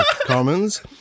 Commons